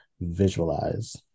visualize